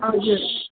हजुर